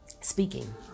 speaking